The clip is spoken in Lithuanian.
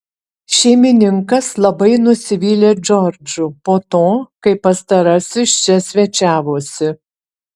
šeimininkas labai nusivylė džordžu po to kai pastarasis čia svečiavosi